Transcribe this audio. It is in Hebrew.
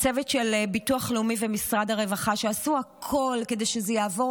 הצוות של ביטוח לאומי ומשרד הרווחה עשו הכול כדי שזה יעבור